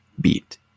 beat